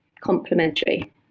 complementary